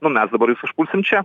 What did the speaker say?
nu mes dabar jus užpulsim čia